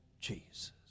Jesus